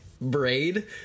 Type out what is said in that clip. braid